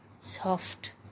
Soft